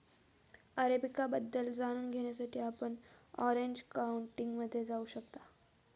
arabica बद्दल जाणून घेण्यासाठी आपण ऑरेंज काउंटीमध्ये जाऊ शकता